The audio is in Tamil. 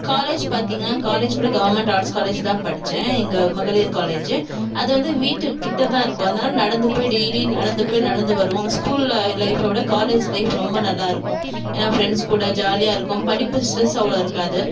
காலேஜ் பார்த்திங்கன்னா காலேஜ் கூட கவர்மெண்ட் ஆர்ட்ஸ் காலேஜ் தான் படித்தேன் இங்கே மகளிர் காலேஜு அது வந்து வீட்டுக் கிட்டே தான் இருக்கும் அதனால் நடந்து போய் டெய்லியும் நடந்து போய் நடந்து வருவோம் ஸ்கூலில் லைஃபை விட காலேஜி லைஃப் ரொம்ப நல்லாயிருக்கும் ஏன்னா ஃப்ரெண்ட்ஸ் கூட ஜாலியாக இருக்கும் படிப்பு ஸ்ட்ரெஸ் அவ்வளோ இருக்காது